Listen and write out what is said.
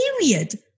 Period